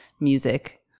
music